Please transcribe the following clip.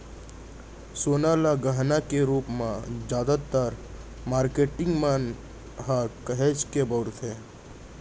सोना ल गहना के रूप म जादातर मारकेटिंग मन ह काहेच के बउरथे